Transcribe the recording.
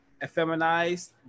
effeminized